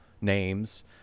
names